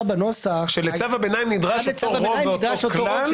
לצו הביניים נדרש אותו רוב באותו כלל.